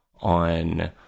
on